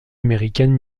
américaine